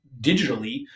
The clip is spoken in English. digitally